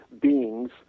beings